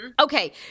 okay